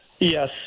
Yes